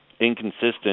inconsistent